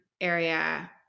area